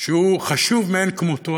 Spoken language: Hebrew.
שהוא חשוב מאין-כמותו,